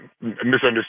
misunderstood